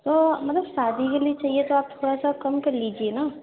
تو مطلب شادی کے لیے چاہیے تو آپ تھوڑا سا کم کر لیجیے نا